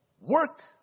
Work